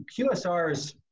QSRs